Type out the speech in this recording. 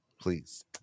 please